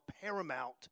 paramount